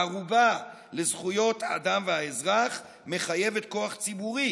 הערובה לזכויות האדם והאזרח מחייבת כוח ציבורי,